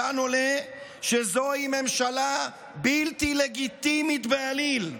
מכאן עולה שזוהי ממשלה בלתי לגיטימית בעליל,